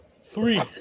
Three